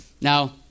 Now